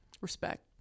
Respect